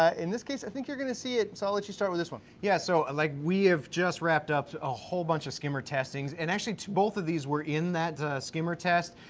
ah in this case, i think you're gonna see it, so i'll let you start with this one. yeah, so like we have just wrapped up a whole bunch of skimmer testings, and actually both of these were in that skimmer test,